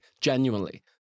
genuinely